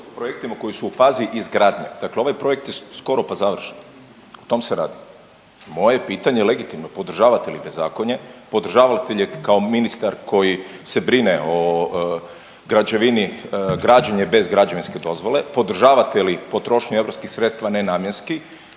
projektima koji su u fazi izgradnje, dakle ovi projekti su skoro pa završeni, o tom se radi. Moje je pitanje legitimno, podržavate li bezakonje, podržavate li kao ministar koji se brine o građevini, građenje bez građevinske dozvole, podržavate li potrošnju europskih sredstava nenamjenski,